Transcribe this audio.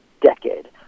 decade